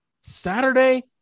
Saturday